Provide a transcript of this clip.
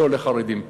לא לחרדים.